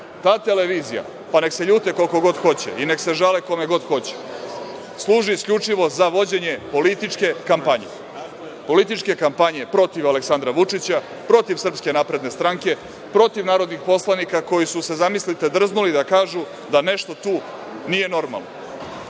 televizija, pa nek se ljute koliko god hoće i nek se žale kome god hoće, služi isključivo za vođenje političke kampanje, političke kampanje protiv Aleksandra Vučića, protiv SNS, protiv narodnih poslanika koji su se, zamislite, drznuli da kažu da nešto tu nije normalno.